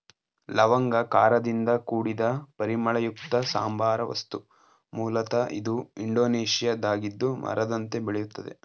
ಲವಂಗ ಖಾರದಿಂದ ಕೂಡಿದ ಪರಿಮಳಯುಕ್ತ ಸಾಂಬಾರ ವಸ್ತು ಮೂಲತ ಇದು ಇಂಡೋನೇಷ್ಯಾದ್ದಾಗಿದ್ದು ಮರದಂತೆ ಬೆಳೆಯುತ್ತದೆ